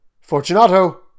Fortunato